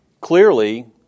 clearly